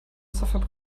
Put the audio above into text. software